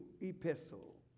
epistle